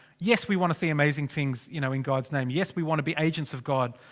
yes we want to see amazing things, you know in god's name. yes we want to be agents of god.